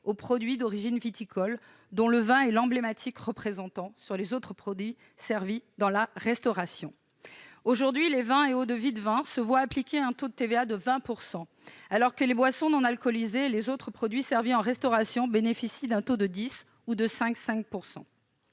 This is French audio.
aux produits d'origine viticole, dont le vin est le représentant emblématique, sur celui des autres produits servis dans la restauration. Aujourd'hui, les vins et eaux-de-vie de vin se voient appliquer un taux de 20 %, alors que les boissons non alcoolisées et les autres produits servis en restauration bénéficient d'un taux de 10 % ou de 5,5 %.